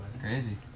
Crazy